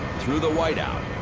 through the whiteout.